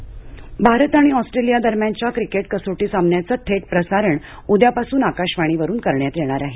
प्रसारण भारत आणि ऑस्ट्रेलिया दरम्यानच्या क्रिकेट कसोटी सामन्याचं थेट प्रसारण उद्यापासून आकाशवाणीवरून करण्यात येणार आहे